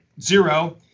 zero